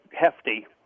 hefty